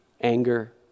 anger